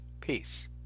Peace